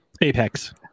apex